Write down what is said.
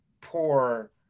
poor